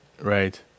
Right